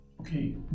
okay